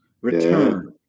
return